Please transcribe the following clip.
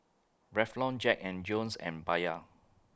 Revlon Jack and Jones and Bia